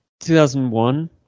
2001